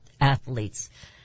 athletes